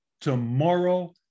Tomorrow